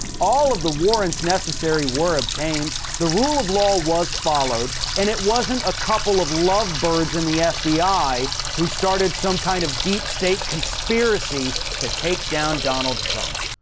all of the warrants necessary were obtained. the rule of law was followed, and it wasn't. a couple of lovebirds in the fbi who started some kind of deep state conspiracy to take down donald trump.